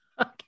Okay